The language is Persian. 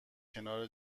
کنار